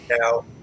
now